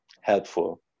helpful